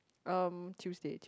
um Tuesday Tuesday